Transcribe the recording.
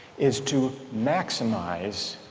it's to maximize